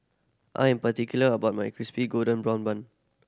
I am particular about my Crispy Golden Brown Bun